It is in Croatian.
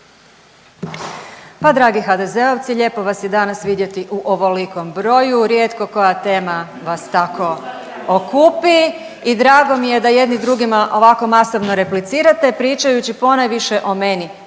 Pa dragi HDZ-ovci lijepo vas je danas vidjeti u ovolikom broju, rijetko koja tema vas tako okupi i drago mi je da jedni drugima ovako masovno replicirate pričajući ponajviše o meni.